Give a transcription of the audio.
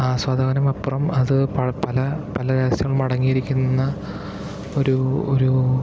ആസ്വാദകനുമപ്പുറം അത് പല പല രഹസ്യങ്ങളുമടങ്ങിയിരിക്കുന്ന ഒരു ഒരു